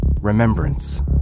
Remembrance